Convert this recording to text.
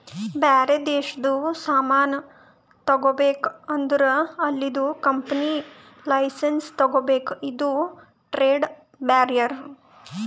ಬ್ಯಾರೆ ದೇಶದು ಸಾಮಾನ್ ತಗೋಬೇಕ್ ಅಂದುರ್ ಇಲ್ಲಿದು ಕಂಪನಿ ಲೈಸೆನ್ಸ್ ತಗೋಬೇಕ ಇದು ಟ್ರೇಡ್ ಬ್ಯಾರಿಯರ್